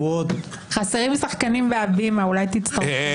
אפשר לקיים הידברות תוך כדי שאתם רצים בריצת אמוק לחוקק את החקיקה הזאת.